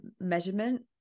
measurement